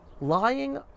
lying